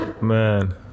Man